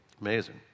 Amazing